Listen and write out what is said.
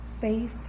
face